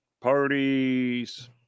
parties